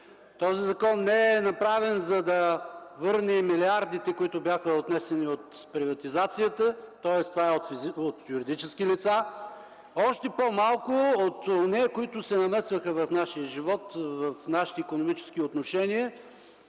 Този закон не е направен, за да върне милиардите, които бяха отнесени от приватизацията, тоест от юридически лица, още по-малко от онези, които се намесиха в нашия живот, в нашите икономически отношения,